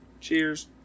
Cheers